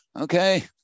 Okay